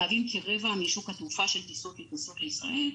מהווים כרבע משוק התעופה של טיסות נכנסות לישראל.